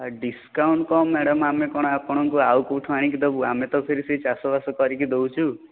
discount କ'ଣ madam ଆମେ କ'ଣ ଆପଣଙ୍କୁ ଆଉ କେଉଁଠୁ ଆଣିକି ଦେବୁ ଆମେ ତ ଫେରେ ସେହି ଚାଷ ବାସ କରିକି ଦେଉଛୁ